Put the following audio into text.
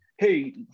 Hey